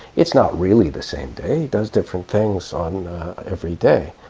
it's not really the same day, he does different things on every day.